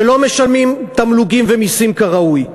שלא משלמים מהן תמלוגים ומסים כראוי,